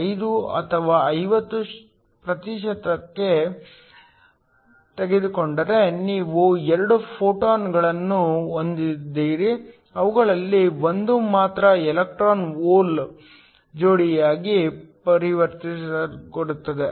5 ಅಥವಾ 50 ಪ್ರತಿಶತಕ್ಕೆ ತೆಗೆದುಕೊಂಡರೆ ನೀವು 2 ಫೋಟಾನ್ಗಳನ್ನು ಹೊಂದಿದ್ದರೆ ಅವುಗಳಲ್ಲಿ 1 ಮಾತ್ರ ಎಲೆಕ್ಟ್ರಾನ್ ಹೋಲ್ ಜೋಡಿಯಾಗಿ ಪರಿವರ್ತನೆಗೊಳ್ಳುತ್ತದೆ